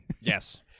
Yes